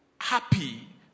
happy